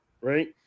right